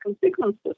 consequences